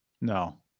No